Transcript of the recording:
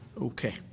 okay